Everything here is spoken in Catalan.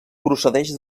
procedeix